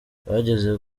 bageze